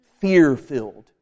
fear-filled